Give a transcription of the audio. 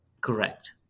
correct